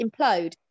implode